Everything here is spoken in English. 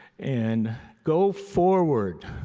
and go forward.